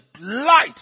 light